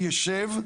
ישב,